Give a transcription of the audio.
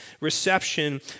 reception